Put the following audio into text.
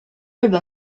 日本